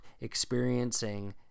experiencing